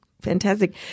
Fantastic